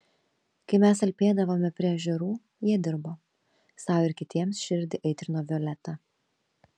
kai mes alpėdavome prie ežerų jie dirbo sau ir kitiems širdį aitrino violeta